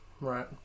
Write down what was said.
Right